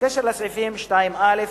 בקשר לסעיפים 2(א),